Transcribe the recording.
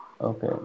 Okay